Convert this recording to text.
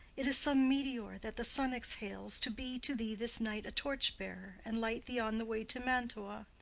it is some meteor that the sun exhales to be to thee this night a torchbearer and light thee on the way to mantua.